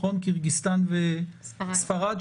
קירגיסטן וספרד,